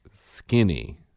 skinny